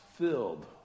filled